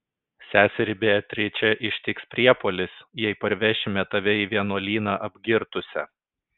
seserį beatričę ištiks priepuolis jei parvešime tave į vienuolyną apgirtusią